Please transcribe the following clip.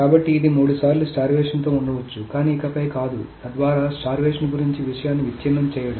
కాబట్టి ఇది మూడు సార్లు స్టార్వేషన్ తో ఉండవచ్చు కానీ ఇకపై కాదు తద్వారా స్టార్వేషన్ గురించి విషయాన్ని విచ్ఛిన్నం చేయడం